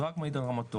זה רק מעיד על רמתו,